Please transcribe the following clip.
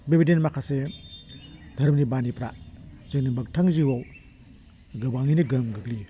बेबायदिनो माखासे दोहोरोमनि भानिफ्रा जोंनि मोगथां जिउआव गोबाङैनो गोहोम गोग्लैयो